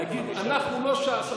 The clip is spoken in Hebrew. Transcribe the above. להגיד: אנחנו לא ש"ס,